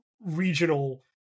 regional